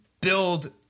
build